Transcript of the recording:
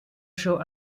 show